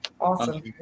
Awesome